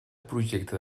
projecte